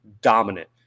dominant